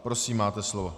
Prosím, máte slovo.